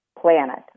planet